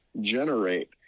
generate